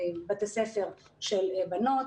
בתי ספר של בנות,